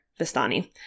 Vistani